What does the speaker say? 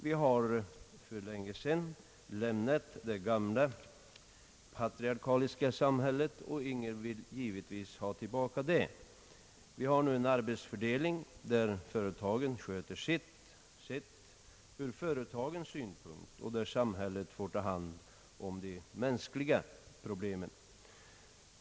Vi har för länge sedan lämnat det gamla patriarkaliska samhället, och ingen vill givetvis ha det tillbaka. Vi har en arbetsfördelning där företagen sköter sitt, sett ur företagens synpunkt, och där samhället får ta hand om de mänskliga problemen.